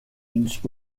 means